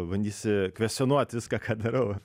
pabandysi kvestionuoti viską ką darau